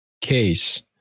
case